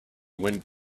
went